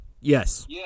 Yes